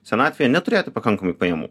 senatvėje neturėti pakankamai pajamų